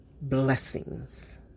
blessings